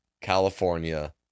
california